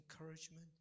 encouragement